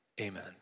amen